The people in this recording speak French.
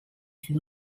fait